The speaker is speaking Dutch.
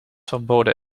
verboden